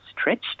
stretched